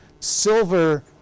Silver